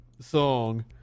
song